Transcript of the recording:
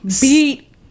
beat